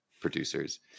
producers